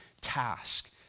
task